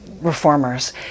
reformers